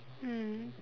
mm